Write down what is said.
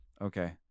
Okay